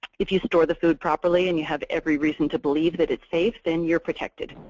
if you store the food properly, and you have every reason to believe that it's safe, then you're protected.